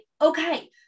okay